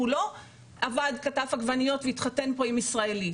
שהוא לא עבד כאן בקטיף עגבניות והתחתן פה עם ישראלית,